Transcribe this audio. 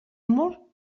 molt